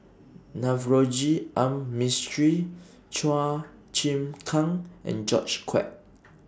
Navroji R Mistri Chua Chim Kang and George Quek